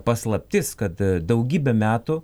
paslaptis kad daugybę metų